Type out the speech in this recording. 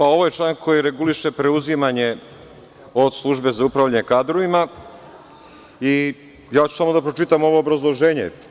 Ovo je član koji reguliše preuzimanje od Službe za upravljanje kadrovima i ja ću samo da pročitam ovo obrazloženje.